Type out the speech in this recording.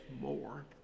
more